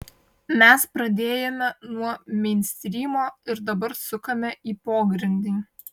mes pradėjome nuo meinstrymo ir dabar sukame į pogrindį